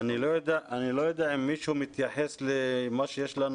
אני לא יודע אם מישהו מתייחס למה שיש לנו